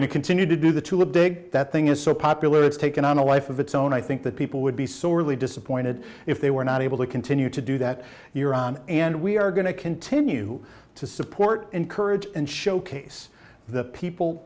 to continue to do that to a big that thing is so popular it's taken on a life of its own i think that people would be sorely disappointed if they were not able to continue to do that you're on and we are going to continue to support encourage and showcase the people